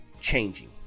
changing